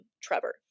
Trevor